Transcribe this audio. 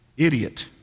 idiot